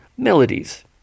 Melodies